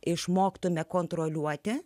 išmoktumėme kontroliuoti